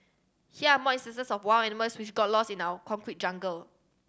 here are more instances of wild animals which got lost in our concrete jungle